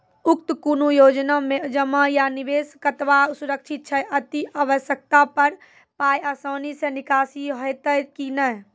उक्त कुनू योजना मे जमा या निवेश कतवा सुरक्षित छै? अति आवश्यकता पर पाय आसानी सॅ निकासी हेतै की नै?